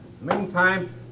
Meantime